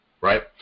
right